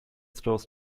throws